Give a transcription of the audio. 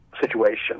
situation